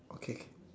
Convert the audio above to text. okay